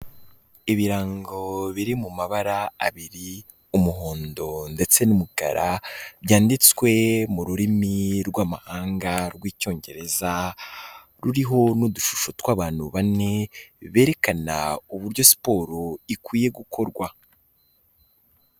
Ibirango biri mu mabara abiri, umuhondo ndetse n'umukara, byanditswe mu rurimi rw'amahanga rw'Icyongereza, ruriho n'udushusho tw'abantu bane berekana uburyo siporo ikwiye gukorwa.